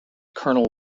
colonel